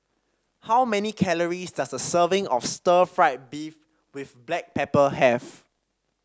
how many calories does a serving of Stir Fried Beef with Black Pepper have